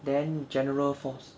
then general four